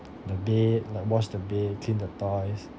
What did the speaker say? the bed like wash the bed clean the toys